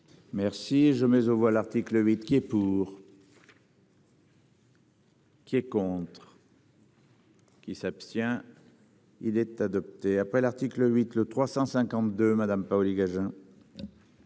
Merci je mets aux voix l'article 8 qui est pour. Qui est contre. Qui s'abstient. Il est adopté après l'article 8, le 352 madame Paoli-Gagin.